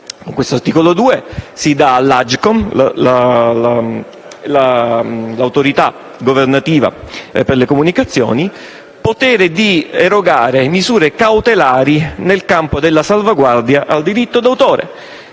Con l'articolo 2 si dà all'Agcom, l'autorità governativa *per* le garanzie nelle *comunicazioni*, il potere di erogare misure cautelari nel campo della salvaguardia al diritto d'autore.